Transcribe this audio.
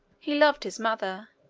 he loved his mother,